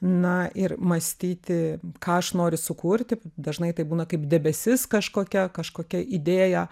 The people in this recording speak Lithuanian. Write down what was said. na ir mąstyti ką aš noriu sukurti dažnai tai būna kaip debesis kažkokia kažkokia idėja